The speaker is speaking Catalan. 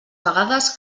vegades